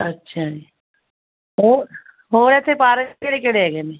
ਅੱਛਾ ਜੀ ਹੋਰ ਹੋਰ ਇੱਥੇ ਪਾਰਕ ਕਿਹੜੇ ਕਿਹੜੇ ਹੈਗੇ ਨੇ